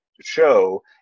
show